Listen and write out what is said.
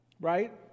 Right